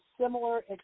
similar